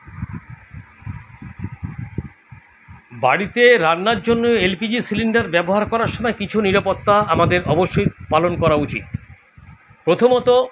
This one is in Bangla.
বাড়িতে রান্নার জন্য এল পি জি সিলিন্ডার ব্যবহার করার সময় কিছু নিরাপত্তা আমাদের অবশ্যই পালন করা উচিত প্রথমত